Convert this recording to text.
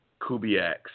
Kubiak's